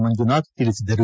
ಮಂಜುನಾಥ್ ತಿಳಿಸಿದರು